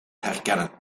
herkennen